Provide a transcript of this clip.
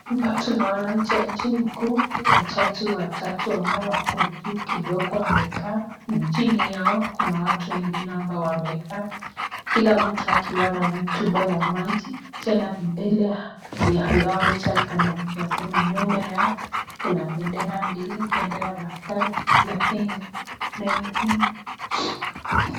Hapa tunaona jaji mkuu, majaji watatu ambao wako juu kidogo wamekaa, chini yao ,kuna watu wengine ambao wamekaa, kila mtu akiwa na chupa la maji, tena mbele ya hao jaji, tunasema nyuma yao kuna bendera mbili, bendera la kenya na ingine.